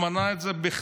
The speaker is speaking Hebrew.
הוא מנע את זה בכתב,